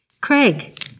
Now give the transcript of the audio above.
Craig